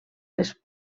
les